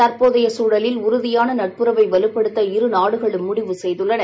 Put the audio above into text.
தற்போதைய உலக சூழலில் உறுதியான நட்புறவை வலுப்படுத்த இருநாடுகளும் முடிவுசெய்தன